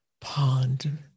pond